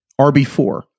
RB4